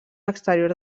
exterior